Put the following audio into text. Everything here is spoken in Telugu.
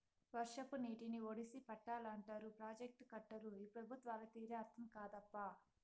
వర్షపు నీటిని ఒడిసి పట్టాలంటారు ప్రాజెక్టులు కట్టరు ఈ పెబుత్వాల తీరే అర్థం కాదప్పా